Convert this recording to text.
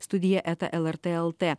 studija eta lrt lt